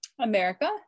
America